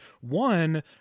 One